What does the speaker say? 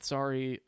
Sorry